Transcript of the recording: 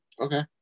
Okay